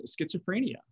schizophrenia